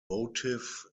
votive